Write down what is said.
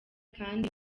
kandi